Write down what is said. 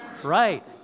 right